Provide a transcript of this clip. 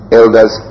elders